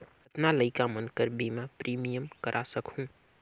कतना लइका मन कर बीमा प्रीमियम करा सकहुं?